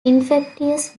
infectious